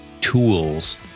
tools